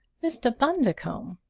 mr. bundercombe!